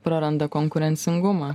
praranda konkurencingumą